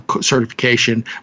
certification